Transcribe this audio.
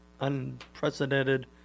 unprecedented